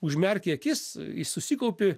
užmerki akis i susikaupi